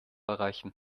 erreichen